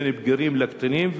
בין בגירים וקטינים,